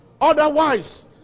otherwise